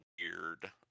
weird